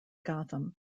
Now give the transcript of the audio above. gotham